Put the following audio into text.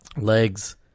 legs